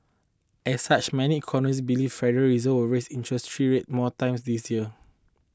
as such many economists believe Federal Reserve will raise interest three rates more times this year